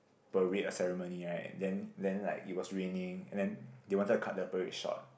parade or ceremony right then then like it was raining and then they wanted to cut the parade short